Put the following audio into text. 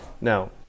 now